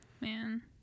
man